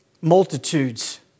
multitudes